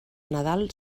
nadal